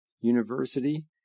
University